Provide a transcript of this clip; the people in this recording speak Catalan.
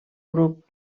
grup